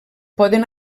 poden